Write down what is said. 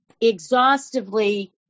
exhaustively